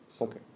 Okay